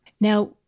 Now